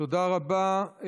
תודה רבה.